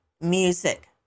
music